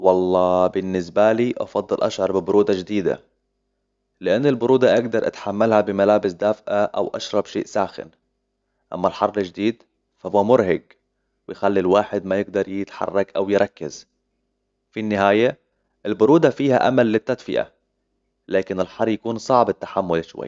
والله بالنسبالي أفضل أشعر برودة شديدة لأن البرودة أقدر أتحملها بملابس دافئة أو أشرب شيء ساخن أما الحرالشديد فهو مرهق بيخلي الواحد ما يقدر يتحرك أو يركز في النهاية البرودة فيها أمل للتدفئة لكن الحر يكون صعب التحمل شوي